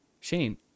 Shane